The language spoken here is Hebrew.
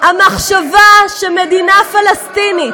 המחשבה שמדינה פלסטינית,